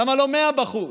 למה לא 100 בחוץ?